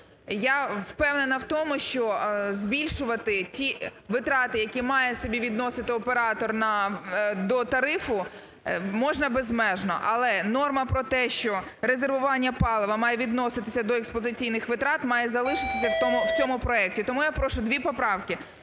Я впевнена в тому, що збільшувати ті витрати, які має собі відносити оператор до тарифу, можна безмежно, але норма проте, що резервування палива має відноситися до експлуатаційних витрат має залишитися в цьому проекті. Тому я прошу дві поправки